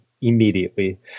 immediately